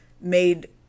made